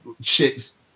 shit's